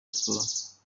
sport